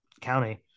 county